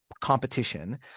Competition